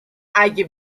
اگه